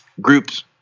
groups –